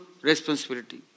responsibility